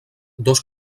dos